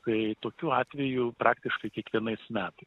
tai tokių atvejų praktiškai kiekvienais metais